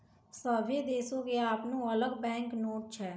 सभ्भे देशो के अपनो अलग बैंक नोट छै